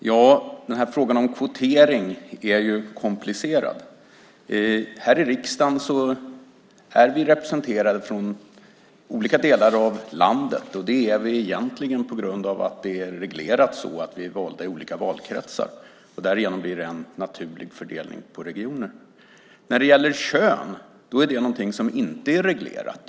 Fru talman! Frågan om kvotering är komplicerad. Här i riksdagen representerar vi olika delar av landet. Det gör vi för att det är reglerat att vi ska väljas i olika valkretsar. Därigenom blir det en naturlig fördelning på regioner. Kön är något som inte är reglerat.